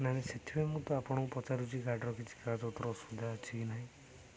ନା ନା ସେଥିପାଇଁ ମୁଁ ତ ଆପଣଙ୍କୁ ପଚାରୁଛି ଗାଡ଼ିର କିଛି କାଗଜ ପତର ଅସୁବିଧା ଅଛି କି ନାହିଁ